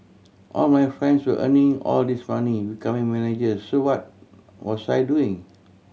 all my friends were earning all this money becoming managers so what was I doing